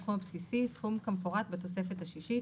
"הסכום הבסיסי" סכום כמפורט בתוספת השישית.